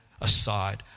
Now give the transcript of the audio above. aside